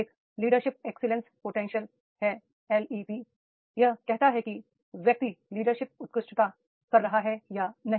एक leadership excellence potential है यह कहा जाता है कि व्यक्ति लीडरशिप उत्कृष्टता कर रहा है या नहीं